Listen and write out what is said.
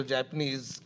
Japanese